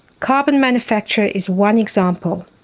carbon manufacture is one example.